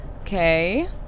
Okay